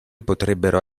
potrebbero